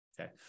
Okay